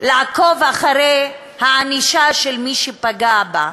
לעקוב אחרי הענישה של מי שפגע בה,